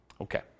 Okay